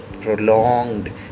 prolonged